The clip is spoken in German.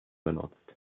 benutzt